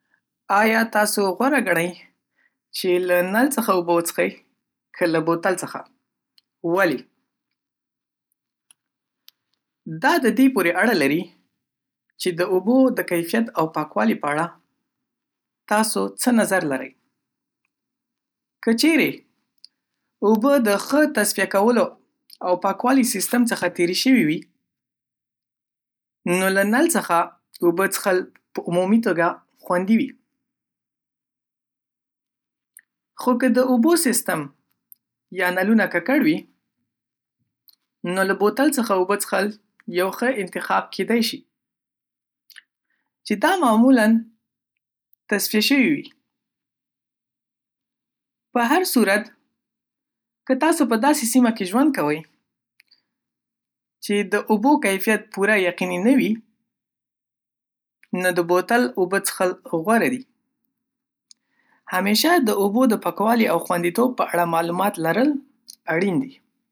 ؟ ولې ؟آیا تاسو غوره ګڼۍ چې له نل څخه اوبه وڅښۍ که له بوتل څخه دا د دې پورې اړه لري چې د اوبو د کیفیت او پاکوالي په اړه تاسوڅه نظر لرئ. که چیرې اوبه د ښه تصفیه کولو او پاکوالي سیسټم څخه تېرې شوې وي، نو له نل څخه اوبه څښل په عمومي توګه خوندي وي. خو که د اوبو سیسټم یا نلونه ککړ وي، نو له بوتل څخه اوبه څښل یو ښه انتخاب کیدی شي، چې دا معمولا تصفیه شوی وی. په هر صورت، که تاسو په داسې سیمه کې ژوند کوئ چې د اوبو کیفیت پوره یقیني نه وي، نو د بوتل اوبه څښل غوره دي. همیشه د اوبو د پاکوالي او خوندیتوب په اړه معلومات لرل اړین دی